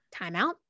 Timeout